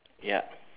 ya